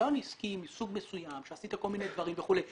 ניסיון עסקי מסוג מסוים שעשית כל מיני דברים וכולי,